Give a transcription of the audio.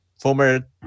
former